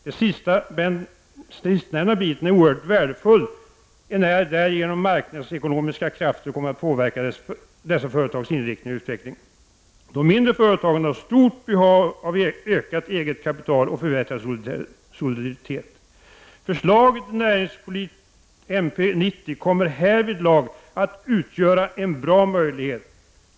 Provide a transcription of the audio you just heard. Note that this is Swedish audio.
Den sistnämnda biten är oerhört värdefull enär därigenom marknadsekonomiska krafter kommer att påverka dessa företags inriktning och utveckling. De mindre företagen har stort behov av ökat eget kapital och förbättrad soliditet. Förslaget till NP 90 kommer härvidlag att utgöra en bra möjlighet.